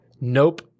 Nope